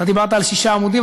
אתה דיברת על שישה עמודים,